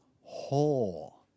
whole